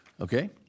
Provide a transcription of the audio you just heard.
Okay